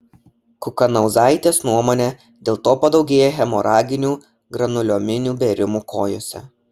kukanauzaitės nuomone dėl to padaugėja hemoraginių granuliominių bėrimų kojose